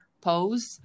Pose